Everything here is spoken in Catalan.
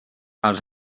els